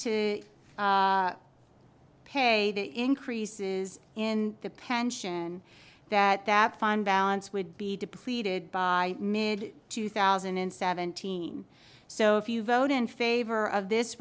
pay increases in the pension that that fund balance would be depleted by mid two thousand and seventeen so if you vote in favor of this